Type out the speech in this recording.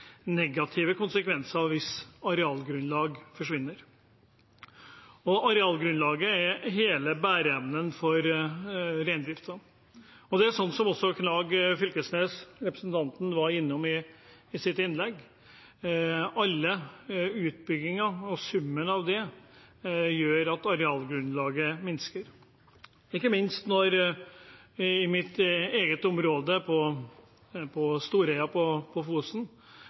negative konsekvenser hvis arealgrunnlaget forsvinner. Arealgrunnlaget er hele bæreevnen for reindriften. Og det er slik, som også representanten Knag Fylkesnes var innom i sitt innlegg, at summen av alle utbygginger gjør at arealgrunnlaget minker, ikke minst slik som i mitt eget område, på Storøya på Fosen,